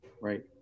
Right